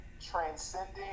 transcending